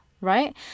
right